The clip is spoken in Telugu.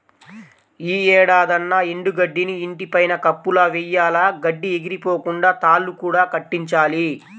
యీ ఏడాదన్నా ఎండు గడ్డిని ఇంటి పైన కప్పులా వెయ్యాల, గడ్డి ఎగిరిపోకుండా తాళ్ళు కూడా కట్టించాలి